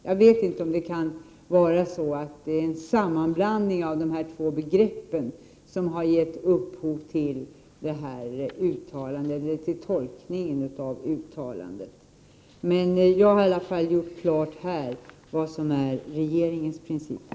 Jag vet inte om det kan vara en sammanblandning av de två begreppen som har gett upphov uttalandet eller till tolkningen av uttalandet. Men jag har i varje fall här gjort klart vad som är regeringens princip.